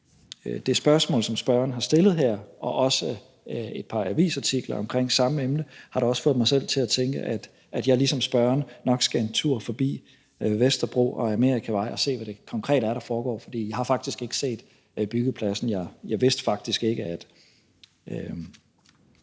det spørgsmål, som spørgeren har stillet her, det gælder også de avisartikler om samme emne, da også har fået mig selv til at tænke, at jeg ligesom spørgeren nok skal en tur forbi Vesterbro og Amerikavej og se, hvad det konkret er, der foregår, for jeg har ikke set byggepladsen, og jeg vidste faktisk ikke, at